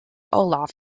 olaf